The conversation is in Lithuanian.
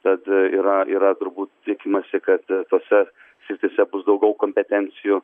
tad yra yra turbūt tikimasi kad tose srityse bus daugiau kompetencijų